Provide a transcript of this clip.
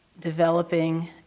developing